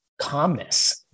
calmness